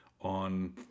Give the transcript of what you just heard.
on